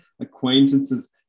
acquaintance's